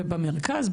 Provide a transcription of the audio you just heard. ובמרכז,